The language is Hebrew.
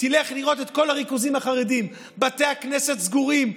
תלך לראות את כל הריכוזים החרדיים: בתי הכנסת סגורים,